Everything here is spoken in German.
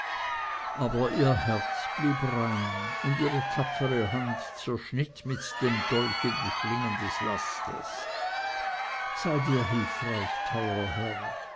aber ihr herz blieb rein und ihre tapfere hand zerschnitt mit dem dolche die schlingen des lasters seid ihr hilfreich teurer herr